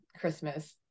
Christmas